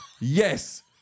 Yes